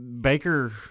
Baker